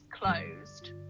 closed